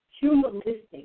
humanistic